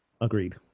Agreed